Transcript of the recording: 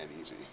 easy